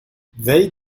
they